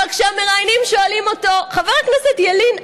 אבל כשהמראיינים שואלים אותו: חבר הכנסת ילין,